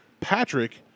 Patrick